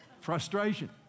Frustration